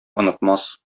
онытмас